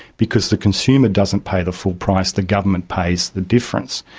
because the consumer doesn't pay the full price, the government pays the difference.